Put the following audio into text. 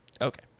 Okay